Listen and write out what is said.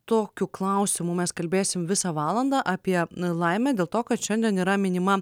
tokiu klausimu mes kalbėsim visą valandą apie laimę dėl to kad šiandien yra minima